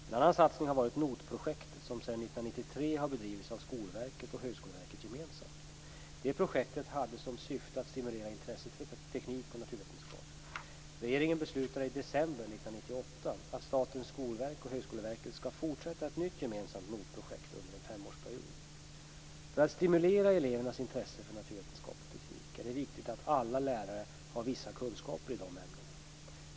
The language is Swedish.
Ett annan satsning har varit NOT-projektet, som sedan 1993 har bedrivits av Skolverket och Högskoleverket gemensamt. Det projektet hade som syfte att stimulera intresset för teknik och naturvetenskap. Regeringen beslutade i december 1998 att Statens skolverk och Högskoleverket skall fortsätta ett nytt gemensamt NOT-projekt under en femårsperiod. För att stimulera elevernas intresse för naturvetenskap och teknik är det viktigt att alla lärare har vissa kunskaper i dessa ämnen.